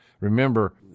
remember